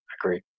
Agree